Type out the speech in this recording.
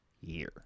Year